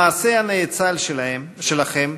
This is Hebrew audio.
המעשה הנאצל שלכם,